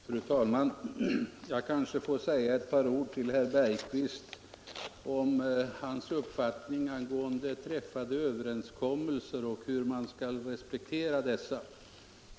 Fru talman! Jag kanske får säga ett par ord till herr Bergqvist beträffande hans uppfattning om träffade överenskommelser och hur man skall respektera dessa.